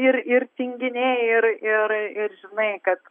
ir ir tinginiai ir ir ir žinai kad